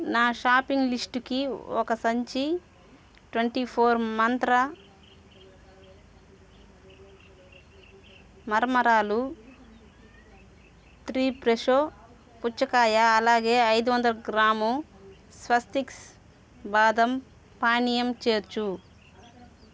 నా షాపింగ్ లిస్టుకి ఒక సంచి ట్వెంటీ ఫోర్ మంత్ర మరమరాలు త్రీ ఫ్రెషో పుచ్చకాయ అలాగే ఐదువందల గ్రాము స్వస్తిక్స్ బాదం పానీయం చేర్చు